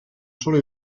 solo